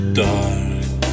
dark